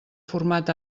format